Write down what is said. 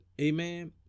Amen